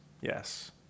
yes